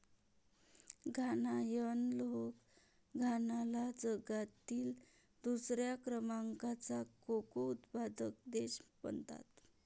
घानायन लोक घानाला जगातील दुसऱ्या क्रमांकाचा कोको उत्पादक देश म्हणतात